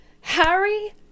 harry